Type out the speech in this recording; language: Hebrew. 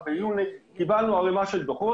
דיבר יוני ספיר על חריגות באוזון.